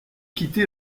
quitté